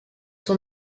son